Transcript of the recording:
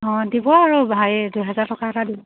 অঁ দিব আৰু ভাই দুহেজাৰ টকা এটা দিব